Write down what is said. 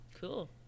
Cool